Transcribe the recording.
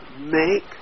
Make